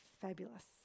Fabulous